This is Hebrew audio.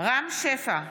רם שפע,